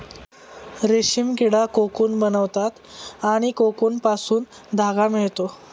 रेशीम किडा कोकून बनवतात आणि कोकूनपासून धागा मिळतो